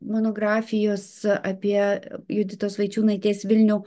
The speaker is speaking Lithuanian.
monografijos apie juditos vaičiūnaitės vilnių